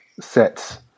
sets